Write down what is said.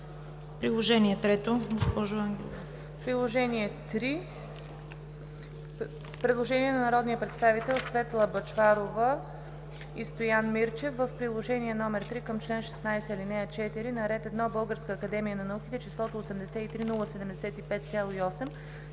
Приложение № 3 – предложение на народните представители Светла Бъчварова и Стоян Мирчев: „В Приложение № 3 към чл. 16, ал. 4 на ред 1 Българска академия на науките числото „83 075,8“